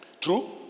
true